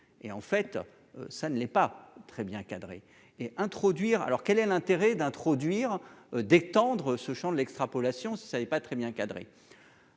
et en fait ça ne l'est pas très bien cadré et introduire, alors quel est l'intérêt d'introduire d'étendre ce Champ de l'extrapolation si ça allait pas très bien cadré,